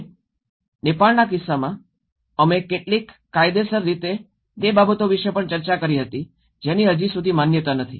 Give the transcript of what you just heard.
અને નેપાળના કિસ્સામાં અમે કેટલીક કાયદેસર રીતે તે બાબતો વિશે પણ ચર્ચા કરી હતી જેની હજી સુધી માન્યતા નથી